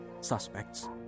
suspects